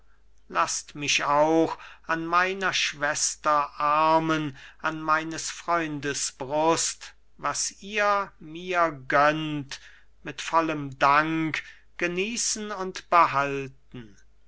laßt mich auch in meiner schwester armen an meines freundes brust was ihr mir gönnt mit vollem dank genießen und behalten